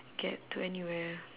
get to anywhere